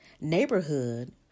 neighborhood